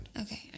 okay